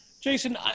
Jason